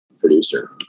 producer